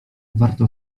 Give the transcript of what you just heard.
warto